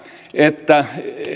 että